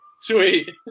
Sweet